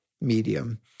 medium